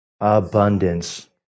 abundance